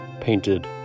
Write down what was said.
painted